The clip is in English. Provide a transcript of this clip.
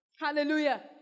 hallelujah